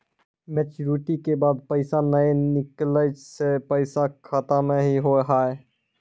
Maturity के बाद पैसा नए निकले से पैसा खाता मे की होव हाय?